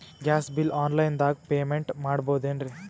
Gas bill online ದಾಗ payment ಮಾಡಬೋದೇನ್ರಿ?